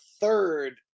third